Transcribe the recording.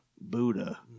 Buddha